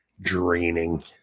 draining